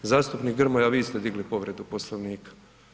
Zastupnik Grmoja vi ste digli povredu Poslovnika.